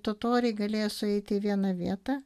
totoriai galėjo sueiti į vieną vietą